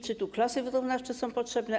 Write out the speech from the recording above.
Czy tu klasy wyrównawcze są potrzebne?